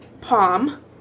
Palm